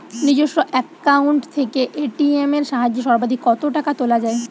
নিজস্ব অ্যাকাউন্ট থেকে এ.টি.এম এর সাহায্যে সর্বাধিক কতো টাকা তোলা যায়?